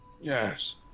yes